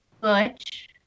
Butch